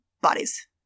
bodies